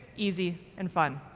easy, and fun.